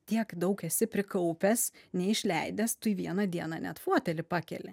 tiek daug esi prikaupęs neišleidęs tu vieną dieną net fotelį pakeli